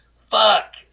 fuck